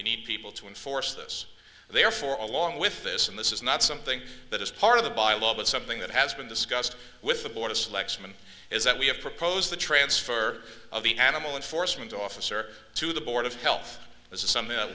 we need people to enforce this therefore along with this and this is not something that is part of the bylaw but something that has been discussed with the board of selectmen is that we have proposed the transfer of the animal and force him into office or to the board of health this is something that